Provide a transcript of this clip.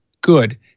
good